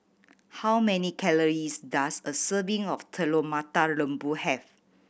how many calories does a serving of Telur Mata Lembu have